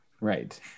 Right